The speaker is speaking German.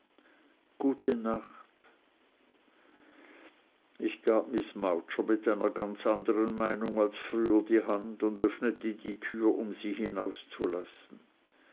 gute nacht ich gab miß mowcher mit einer ganz andern meinung als früher die hand und öffnete die tür um sie